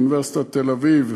אוניברסיטת תל-אביב,